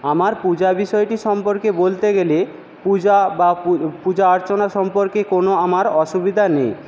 আমার পূজা বিষয়টি সম্পর্কে বলতে গেলে পূজা বা পূজা অর্চনা সম্পর্কে কোনো আমার অসুবিধা নেই